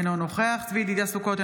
אינו נוכח צבי ידידיה סוכות,